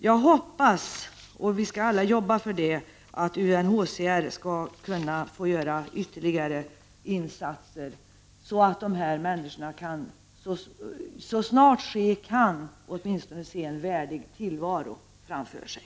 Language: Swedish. Jag hoppas, och vi skall alla jobba för det, att UNHCR skall få göra ytterligare insatser, så att de här människorna så snart ske kan åtminstone skall kunna se en värdig tillvaro framför sig.